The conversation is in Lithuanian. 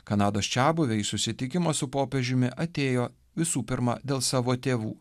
kanados čiabuvė į susitikimą su popiežiumi atėjo visų pirma dėl savo tėvų